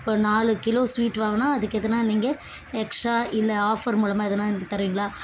இப்போ நாலு kilo sweet வாங்கினா அதுக்கு எதுனால் நீங்கள் எக்ஸ்ட்ரா இல்லை ஆஃபர் மூலமாக எதுன்னால் எனக்கு தருவீங்களா